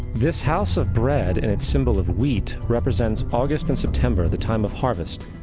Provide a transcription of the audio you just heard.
this house of bread and its symbol of wheat represents august and september, the time of harvest.